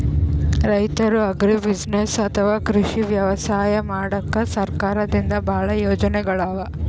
ರೈತರ್ ಅಗ್ರಿಬುಸಿನೆಸ್ಸ್ ಅಥವಾ ಕೃಷಿ ವ್ಯವಸಾಯ ಮಾಡಕ್ಕಾ ಸರ್ಕಾರದಿಂದಾ ಭಾಳ್ ಯೋಜನೆಗೊಳ್ ಅವಾ